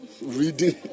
reading